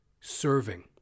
serving